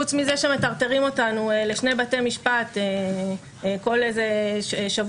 חוץ מזה שמטרטרים אותנו לשני בתי משפט כל שבוע,